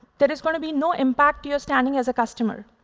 there is going to be no impact to your standing as a customer.